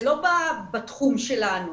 זה לא בתחום שלנו